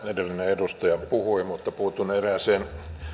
edellinen edustaja puhui mutta puutun erääseen